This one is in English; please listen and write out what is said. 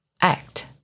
act